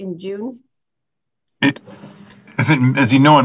you you know